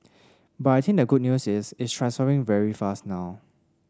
but I think the good news is it's transforming very fast now